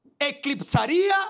eclipsaría